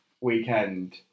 weekend